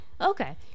Okay